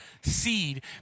seed